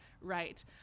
right